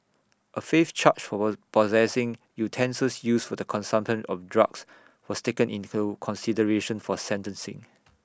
A fifth charge for was possessing utensils used for the consumption of drugs was taken into consideration for sentencing